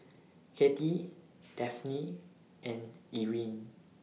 Katy Dafne and Irine